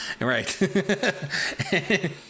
right